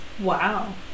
wow